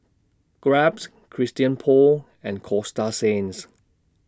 Grabs Christian Paul and Coasta Sands